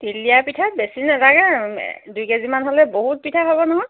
তিল দিয়া পিঠাত বেছি নেলাগে দুই কেজিমান হ'লে বহুত পিঠা হ'ব নহয়